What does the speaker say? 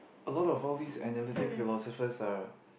a lot of all these analytic philosophers are